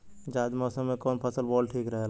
जायद मौसम में कउन फसल बोअल ठीक रहेला?